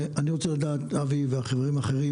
אבי וחברים אחרים,